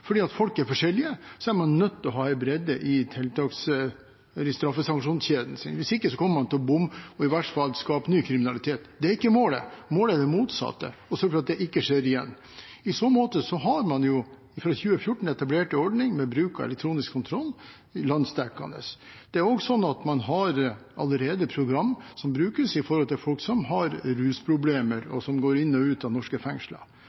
Fordi folk er forskjellige, er man nødt til å ha bredde i straffesanksjonskjeden, hvis ikke kommer man til å bomme og i verste fall skape ny kriminalitet. Det er ikke målet. Målet er det motsatte, å sørge for at det ikke skjer igjen. I så måte har man fra 2014 etablert en ordning med bruk av elektronisk kontroll – landsdekkende. Man har allerede et program som brukes overfor folk som har rusproblemer, og som går inn og ut av norske fengsler,